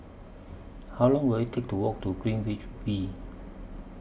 How Long Will IT Take to Walk to Greenwich V